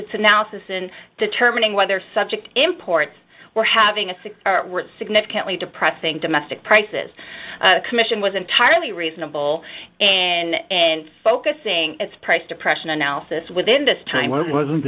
its analysis and determining whether subject imports were having a six significantly depressing domestic prices commission was entirely reasonable and and focusing its price depression analysis within this time when it wasn't